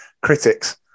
critics